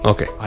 Okay